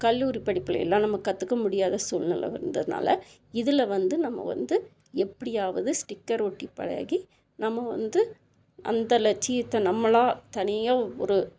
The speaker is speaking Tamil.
கல்லூரி படிப்புலேலாம் நம்ம கற்றுக்க முடியாத சூழ்நிலை வந்ததுனால இதில் வந்து நம்ம வந்து எப்படியாவது ஸ்டிக்கர் ஒட்டிப் பழகி நம்ம வந்து அந்த லட்சியத்தை நம்மளாக தனியா ஒரு